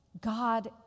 God